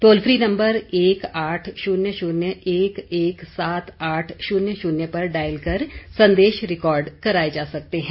toll free number एक आठ शून्य शून्य एक एक सात आठ शून्य शून्य पर डायल कर संदेश रिकॉर्ड कराए जा सकते है